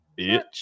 bitch